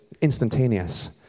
instantaneous